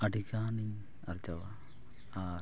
ᱟᱹᱰᱤᱜᱟᱱ ᱤᱧ ᱟᱨᱡᱟᱣᱟ ᱟᱨ